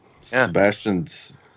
sebastian's